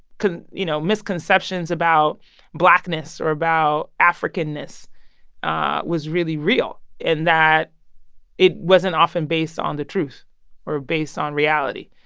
you know, misconceptions about blackness or about africanness ah was really real, and that it wasn't often based on the truth or based on reality.